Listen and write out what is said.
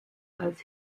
als